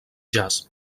jazz